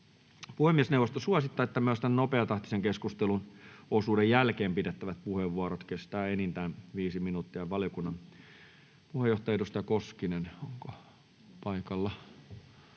Puhemiesneuvosto suosittaa, että myös nopeatahtisen keskusteluosuuden jälkeen pidettävät puheenvuorot kestävät enintään 5 minuuttia. Valiokunnan puheenjohtaja, edustaja Koskinen, onko paikalla?